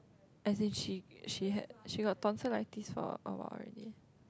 as in she she had she got tonsillitis for a while already